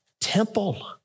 temple